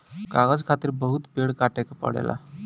कागज खातिर बहुत पेड़ काटे के पड़ेला